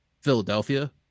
Philadelphia